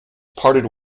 parted